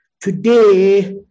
Today